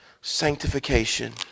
sanctification